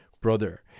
brother